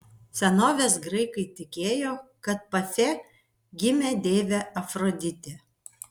senovės graikai tikėjo kad pafe gimė deivė afroditė